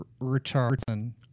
Richardson